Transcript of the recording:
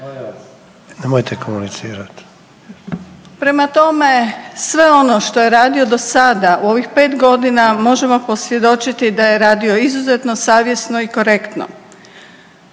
nemojte komunicirat./… prema tome sve ono što je radio do sada možemo posvjedočiti da je radio izuzetno savjesno i korektno.